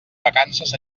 vacances